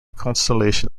constellation